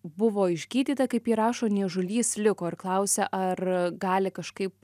buvo išgydyta kaip ji rašo niežulys liko ir klausia ar gali kažkaip